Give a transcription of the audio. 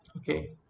okay